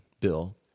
Bill